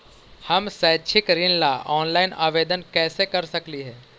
हम शैक्षिक ऋण ला ऑनलाइन आवेदन कैसे कर सकली हे?